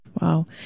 Wow